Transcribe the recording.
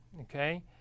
Okay